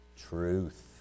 truth